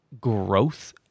growth